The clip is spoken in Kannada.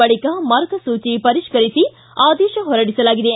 ಬಳಿಕ ಮಾರ್ಗಸೂಚಿ ಪರಿಷ್ಠರಿಸಿ ಆದೇಶ ಹೊರಡಿಸಲಾಗಿದೆ